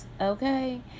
Okay